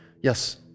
Yes